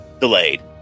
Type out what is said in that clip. delayed